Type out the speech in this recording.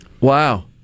Wow